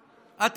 מהדמוקרטיה.